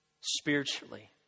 spiritually